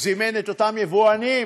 זימן את אותם יבואנים,